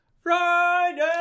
Friday